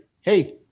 hey